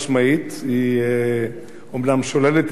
היא אומנם שוללת את השלילה,